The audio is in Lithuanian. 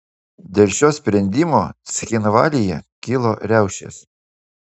dėl šio sprendimo cchinvalyje kilo riaušės